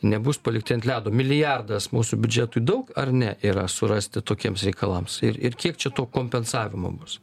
nebus palikti ant ledo milijardas mūsų biudžetui daug ar ne yra surasti tokiems reikalams ir ir kiek čia to kompensavimo bus